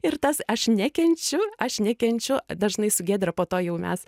ir tas aš nekenčiu aš nekenčiu dažnai su giedre po to jau mes